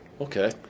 Okay